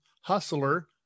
Hustler